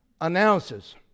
announces